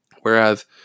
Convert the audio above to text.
Whereas